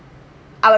I will